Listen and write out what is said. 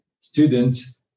students